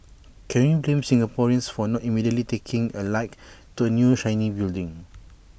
can we blame Singaporeans for not immediately taking A like to A new shiny building